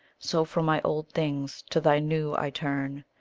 so from my old things to thy new i turn,